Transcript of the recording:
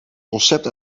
concept